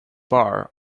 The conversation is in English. bar